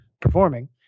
performing